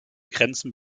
grenzen